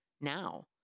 now